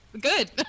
Good